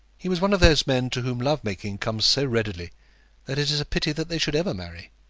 he was one of those men to whom love-making comes so readily that it is a pity that they should ever marry.